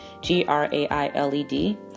G-R-A-I-L-E-D